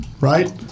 right